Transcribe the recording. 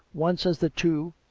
once, as the two,